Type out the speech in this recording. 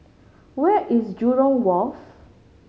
where is Jurong Wharf